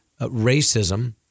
racism